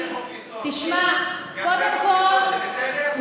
גם זה חוק-יסוד, זה בסדר?